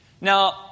Now